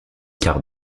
quart